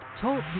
Talk